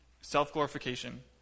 self-glorification